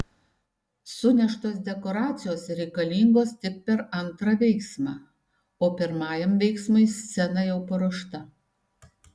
suneštos dekoracijos reikalingos tik per antrą veiksmą o pirmajam veiksmui scena jau paruošta